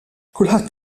kulħadd